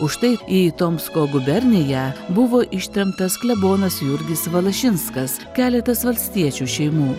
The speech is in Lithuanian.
už tai į tomsko guberniją buvo ištremtas klebonas jurgis valašinskas keletas valstiečių šeimų